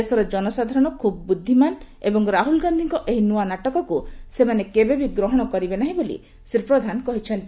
ଦେଶର ଜନସାଧାରଣ ଖୁବ୍ ବୁଦ୍ଧିମାନ ଏବଂ ରାହୁଲ ଗାନ୍ଧୀଙ୍କ ଏହି ନୂଆ ନାଟକକୁ ସେମାନେ କେବେ ବି ଗ୍ରହଣ କରିବେ ନାହିଁ ବୋଲି ଶ୍ରୀ ପ୍ରଧାନ କହିଛନ୍ତି